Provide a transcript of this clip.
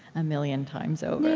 a million times so